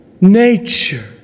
nature